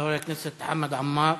חבר הכנסת חמד עמאר,